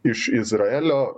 iš izraelio